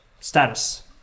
status